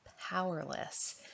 powerless